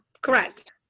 Correct